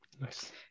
Nice